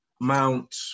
Mount